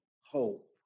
hope